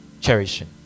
cherishing